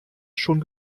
schon